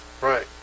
Right